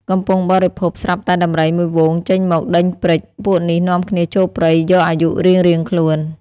កំពុងបរិភោគ ស្រាប់តែដំរីមួយហ្វូងចេញមកដេញព្រិច ពួកនេះនាំគ្នាចូលព្រៃយកអាយុរៀងៗខ្លួន ។